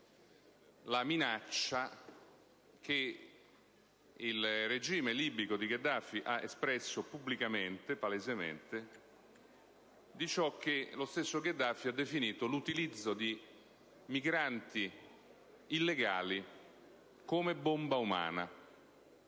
la minaccia che il regime libico di Gheddafi ha espresso pubblicamente, rispetto a ciò che lo stesso Gheddafi ha definito l'utilizzo di migranti illegali come bombe umane